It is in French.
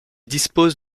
dispose